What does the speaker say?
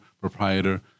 proprietor